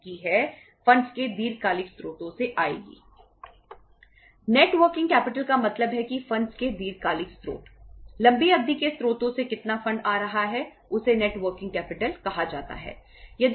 यह net working capital के दीर्घकालिक स्रोतों से आएगी